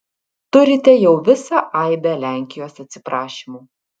turite jau visą aibę lenkijos atsiprašymų